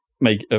make